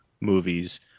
movies